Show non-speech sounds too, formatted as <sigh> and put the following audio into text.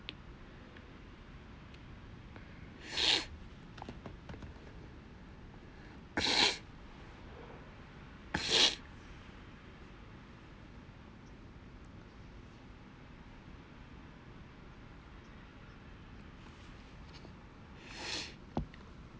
<breath> <breath> <breath> <breath>